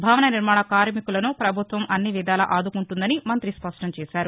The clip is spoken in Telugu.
భవన నిర్మాణ కార్మికులను ప్రపభుత్వం అన్ని విధాలా ఆదుకుంటుందని మంత్రి స్పష్టం చేశారు